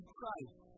Christ